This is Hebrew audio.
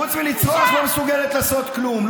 חוץ מלצרוח לא מסוגלת לעשות כלום.